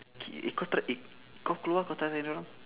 okay eh kau try eh kau keluar kau try tanya dorang